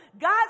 God